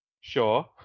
Sure